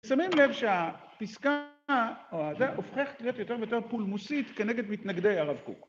שמים לב שהפסקה... הזה... הופכת להיות יותר ויותר פולמוסית כנגד מתנגדי הרב קוק.